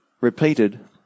repeated